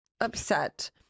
upset